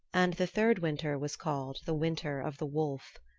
and the third winter was called the winter of the wolf.